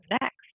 next